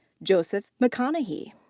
joseph mcconeghy.